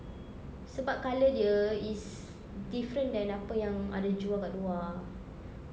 sebab colour dia is different than apa yang ada jual dekat luar